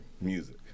music